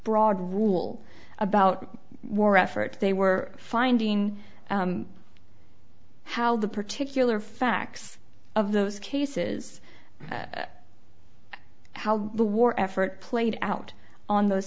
broad rule about war effort they were finding how the particular facts of those cases how the war effort played out on those